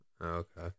Okay